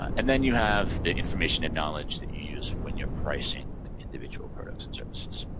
and then you have the information and knowledge that you use when you're pricing individual products and services.